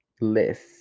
list